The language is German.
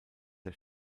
der